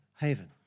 haven